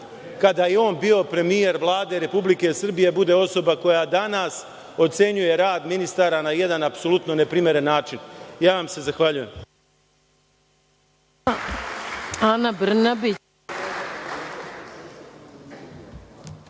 kada je on bio premijer Vlade Republike Srbije bude osoba koja danas ocenjuje rad ministara na jedan apsolutno neprimeren način. Ja vam se zahvaljujem.